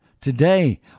today